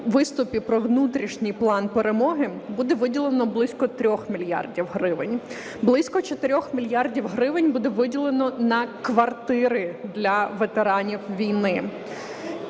виступі про внутрішній план перемоги, буде виділено близько 3 мільярдів гривень. Близько 4 мільярдів гривень буде виділено на квартири для ветеранів війни.